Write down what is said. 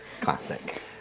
Classic